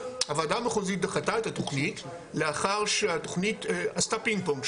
הוועדה המחוזית דחתה את התוכנית לאחר שהתוכנית עשתה פינג פונג,